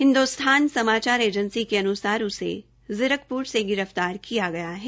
Hindusthan Samachar agency के अनुसार इसे जीरकपुर से गिरफ्तार किया गया है